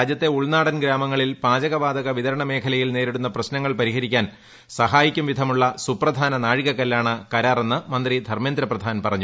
രാജ്യത്തെ ഉൾനാടൻ ഗ്രാമങ്ങളിൽ പാചകവാതക വിതരണമേഖലയിൽ നേരിടുന്ന പ്രശ്നങ്ങൾ പരിഹരിക്കാൻ സഹായിക്കും വിധമുള്ള സുപ്രധാന നാഴികകല്ലാണ് കരാർ എന്ന് മന്ത്രി ധർമ്മേന്ദ്രപ്രധാൻ പറഞ്ഞു